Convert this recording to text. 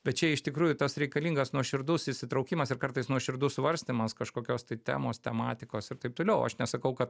bet čia iš tikrųjų tas reikalingas nuoširdus įsitraukimas ir kartais nuoširdus svarstymas kažkokios tai temos tematikos ir taip toliau aš nesakau kad